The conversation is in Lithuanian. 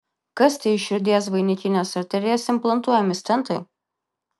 kas tie į širdies vainikines arterijas implantuojami stentai